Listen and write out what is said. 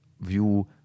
view